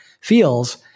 feels